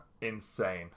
Insane